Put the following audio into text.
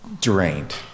drained